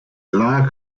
like